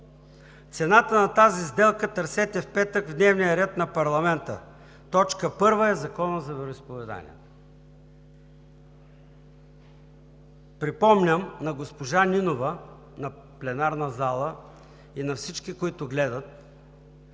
цената на тази сделка търсете в дневния ред на парламента в петък – точка първа е Законът за вероизповеданията. Припомням на госпожа Нинова, на пленарната зала и на всички, които гледат,